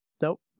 Nope